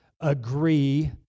agree